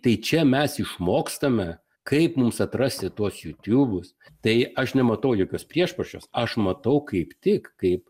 tai čia mes išmokstame kaip mums atrasti tuos jutubus tai aš nematau jokios priešpriešos aš matau kaip tik kaip